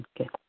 Okay